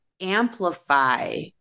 amplify